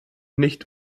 nicht